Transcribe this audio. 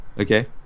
Okay